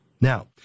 Now